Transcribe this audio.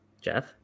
jeff